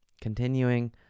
Continuing